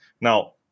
Now